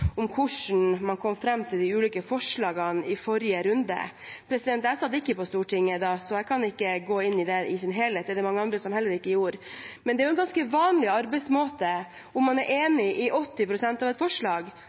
om hvordan man kom fram til de ulike forslagene i forrige runde. Jeg satt ikke på Stortinget da, så jeg kan ikke gå inn i det i sin helhet. Det var det mange andre som heller ikke gjorde. Men om man er enig i 80 pst. av et forslag, er det en ganske vanlig arbeidsmåte at man